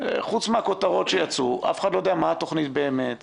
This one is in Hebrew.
חוץ מהכותרות שיצאו אף אחד לא יודע מה התוכנית באמת,